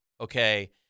okay